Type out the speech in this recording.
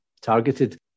targeted